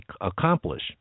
accomplish